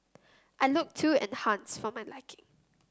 I looked too enhanced for my liking